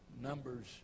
Numbers